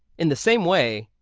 in the same way,